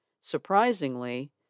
Surprisingly